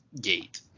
gate